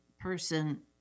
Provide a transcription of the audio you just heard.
person